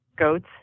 goats